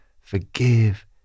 forgive